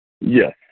Yes